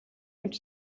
эмч